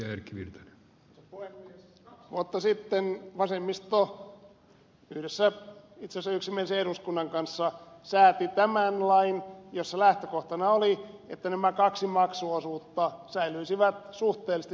kaksi vuotta sitten vasemmisto yhdessä itse asiassa yksimielisen eduskunnan kanssa sääti tämän lain jossa lähtökohtana oli että nämä kaksi maksuosuutta säilyisivät suhteellisesti saman suuruisina